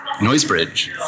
Noisebridge